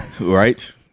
Right